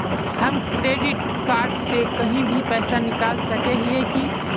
हम credit card से कहीं भी पैसा निकल सके हिये की?